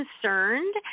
concerned